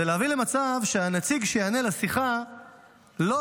זה להביא למצב שהנציג שיענה לשיחה לא